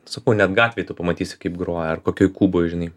sakau net gatvėj tu pamatysi kaip groja ar kokioj kuboj žinai